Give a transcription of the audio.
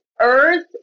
earth